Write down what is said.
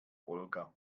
olga